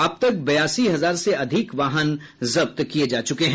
अब तक बयासी हजार से अधिक वाहन भी जब्त किये जा चुके हैं